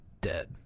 Dead